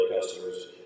customers